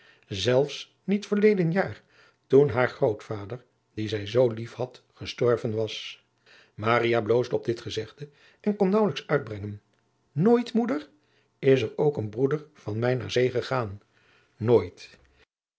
zelfs ntet verleden jaar toen haar grootvader dien zij zoo lief had gestorven was maria bloosde op dit gezegde en kon naauwelijks uitbrengen nooit moeder is er ook een broeder van mij naar zee gegaan nooit